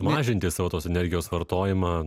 mažinti savo tos energijos vartojimą